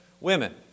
women